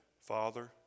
Father